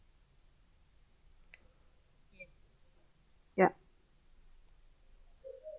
yup